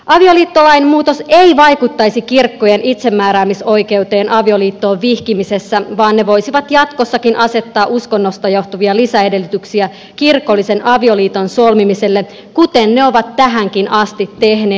avioliittolain muutos ei vaikuttaisi kirkkojen itsemääräämisoikeuteen avioliittoon vihkimisessä vaan ne voisivat jatkossakin asettaa uskonnosta johtuvia lisäedellytyksiä kirkollisen avioliiton solmimiselle kuten ne ovat tähänkin asti tehneet